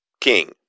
King